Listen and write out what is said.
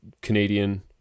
Canadian